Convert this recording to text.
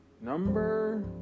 number